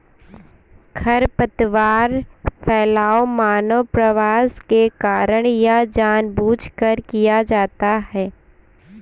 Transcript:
खरपतवार फैलाव मानव प्रवास के कारण या जानबूझकर किया जाता हैं